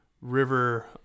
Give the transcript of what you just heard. river